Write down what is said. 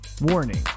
warning